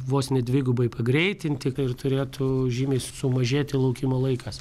vos ne dvigubai pagreitinti tai turėtų žymiai sumažėti laukimo laikas